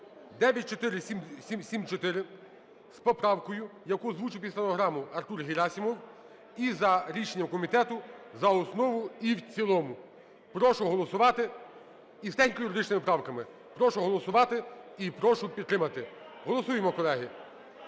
(9474) з поправкою, яку озвучив під стенограму Артур Герасимов, і за рішенням комітету за основу і в цілому. Прошу голосувати з техніко-юридичними правками, прошу голосувати і прошу підтримати. Голосуємо, колеги.